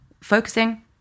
focusing